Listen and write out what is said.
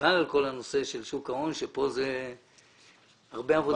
בכלל על כל הנושא של שוק ההון כאשר כאן זאת עבודה רבה.